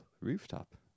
rooftop